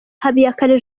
habiyakare